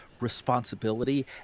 responsibility